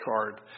card